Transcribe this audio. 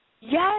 Yes